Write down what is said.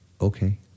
okay